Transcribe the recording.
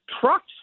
trucks